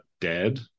dead